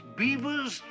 beavers